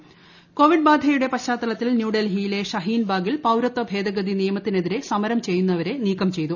Shaheen Bagh Covid ബാധയുടെ പശ്ചാത്തലത്തിൽ ന്യൂഡൽഹിയിലെ ഷഹീൻബാഗിൽ പൌരത്വ ഭേദഗതി നിയമത്തിനെതിരെ സമരം ചെയ്യുന്നവരെ നീക്കം ചെയ്തു